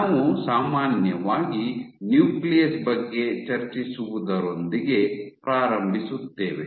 ನಾವು ಸಾಮಾನ್ಯವಾಗಿ ನ್ಯೂಕ್ಲಿಯಸ್ ಬಗ್ಗೆ ಚರ್ಚಿಸುವುದರೊಂದಿಗೆ ಪ್ರಾರಂಭಿಸುತ್ತೇವೆ